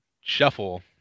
shuffle